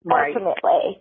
ultimately